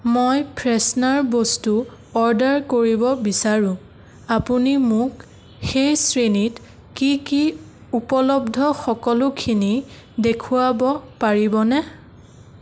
মই ফ্ৰেছনাৰ বস্তু অৰ্ডাৰ কৰিব বিচাৰো আপুনি মোক সেই শ্ৰেণীত কি কি উপলব্ধ সকলোখিনি দেখুৱাব পাৰিবনে